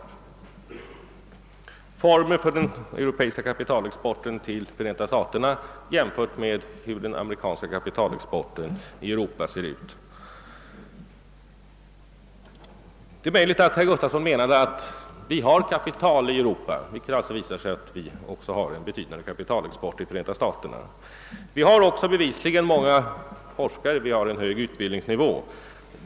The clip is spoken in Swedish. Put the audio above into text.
Det gällde formen för den europeiska kapitalexporten till Förenta staterna jämfört med den amerikanska kapitalexporten till Europa. Herr Gustafson i Göteborg menade kanske att vi har kapital i Europa. Det är riktigt att kapitalexporten från Europa till Förenta staterna är betydande. Vi har också bevisligen många forskare och en hög utbildningsnivå.